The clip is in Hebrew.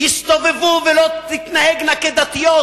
יסתובבו ולא יתנהגו כדתיות